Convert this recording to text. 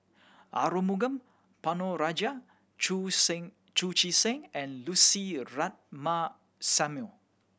Arumugam Ponnu Rajah Chu Seng Chu Chee Seng and Lucy Ratnammah Samuel